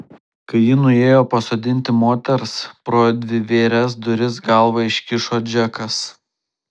kai ji nuėjo pasodinti moters pro dvivėres duris galvą iškišo džekas